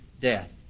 death